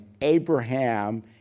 Abraham